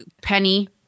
penny